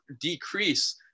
decrease